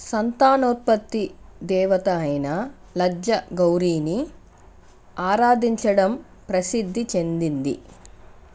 సంతానోత్పత్తి దేవత అయిన లజ్జ గౌరిని ఆరాధించడం ప్రసిద్ధి చెందింది